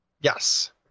yes